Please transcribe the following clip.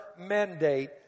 mandate